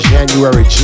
January